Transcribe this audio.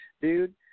dude